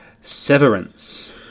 Severance